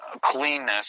cleanness